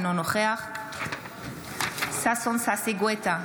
אינו נוכח ששון ששי גואטה,